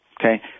okay